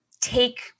take